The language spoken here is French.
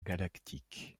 galactique